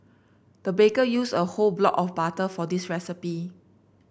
the baker used a whole block of butter for this recipe